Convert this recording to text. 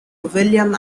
william